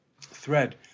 thread